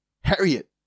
Harriet